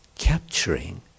Capturing